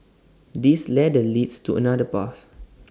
this ladder leads to another path